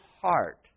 heart